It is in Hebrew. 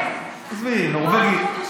עזבי, נורבגית.